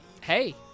hey